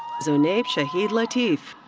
zonaib shahid latif.